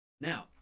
Now